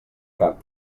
cap